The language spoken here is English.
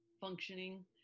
functioning